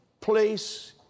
place